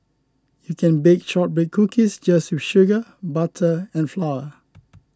you can bake Shortbread Cookies just with sugar butter and flour